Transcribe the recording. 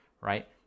right